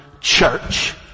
church